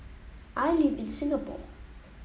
I live in Singapore